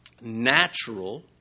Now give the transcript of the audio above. natural